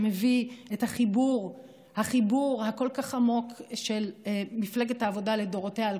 שמביא את החיבור הכל-כך עמוק של מפלגת העבודה לדורותיה על